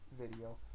video